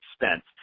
expense